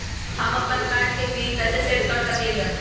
हम अपन कार्ड के पिन कैसे सेट कर सकली ह?